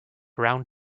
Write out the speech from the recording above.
round